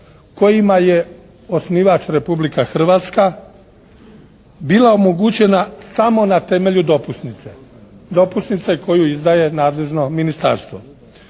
kojima je osnivač Republika Hrvatska bila omogućena samo na temelju dopusnice, dopusnice koju izdaje nadležno ministarstvo.